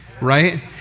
Right